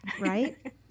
right